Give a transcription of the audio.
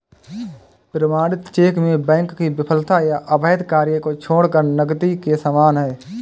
प्रमाणित चेक में बैंक की विफलता या अवैध कार्य को छोड़कर नकदी के समान है